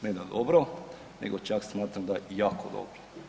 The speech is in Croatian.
Ne da dobro, nego čak smatram da jako dobro.